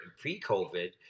pre-COVID